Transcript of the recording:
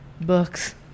books